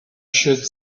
should